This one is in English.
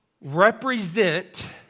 represent